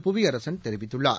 புவியரசன் தெரிவித்துள்ளார்